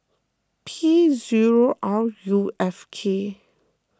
P zero R U F K